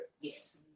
Yes